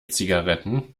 zigaretten